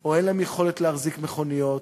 או אין להם יכולת להחזיק מכוניות,